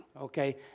okay